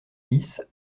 dix